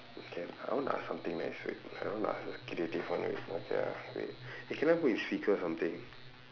okay I want to ask something next week I don't want to ask this creative one okay ah wait eh can I put in speaker or something